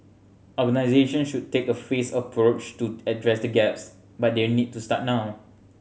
organisation should take a phased approach to address the gaps but their need to start now